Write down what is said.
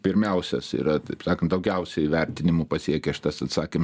pirmiausias yra taip sakant daugiausiai įvertinimų pasiekęs šitas atsakym